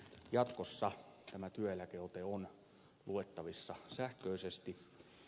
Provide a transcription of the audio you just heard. jatkossa tämä työeläkeote on luettavissa sähköisesti